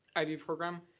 ib program.